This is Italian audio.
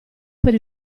per